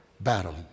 battle